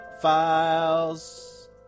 Files